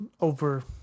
over